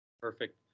Perfect